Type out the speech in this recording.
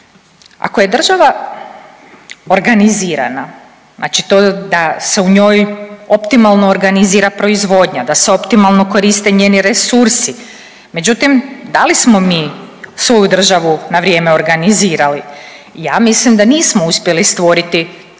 Ako je država organizirana znači to da se u njoj optimalno organizira proizvodnja, da se optimalno koriste njeni resursi, međutim da li smo mi svoju državu na vrijeme organizirali. Ja mislim da nismo uspjeli stvoriti takvu